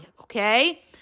okay